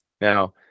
Now